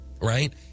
right